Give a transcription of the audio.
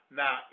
now